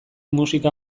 musika